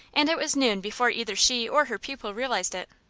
and it was noon before either she or her pupil realized it.